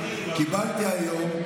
קיבלתי היום,